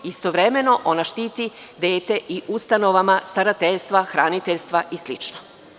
Istovremeno ona štiti dete i ustanove starateljstva, hraniteljstava i slično.